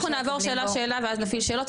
אנחנו נעבור שאלה שאלה ואז נפעיל שאלות,